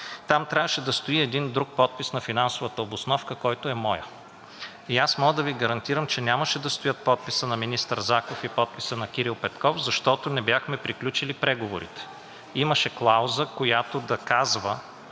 там трябваше да стои един друг подпис – на финансовата обосновка, който е моят. И аз мога да Ви гарантирам, че нямаше да стои подписът на министър Заков и подписът на Кирил Петков, защото не бяхме приключили преговорите. Имаше клауза, която да казва